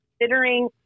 considering